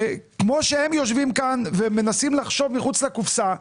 כמו שהם יושבים כאן ומנסים לחשוב מחוץ לקופסה,